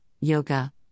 yoga